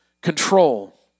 control